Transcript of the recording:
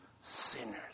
sinners